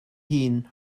hun